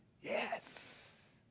yes